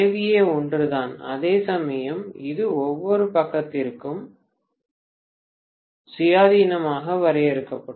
kVA ஒன்றுதான் அதேசமயம் இது ஒவ்வொரு பக்கத்திற்கும் சுயாதீனமாக வரையறுக்கப்படும்